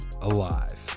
alive